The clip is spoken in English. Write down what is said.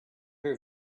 her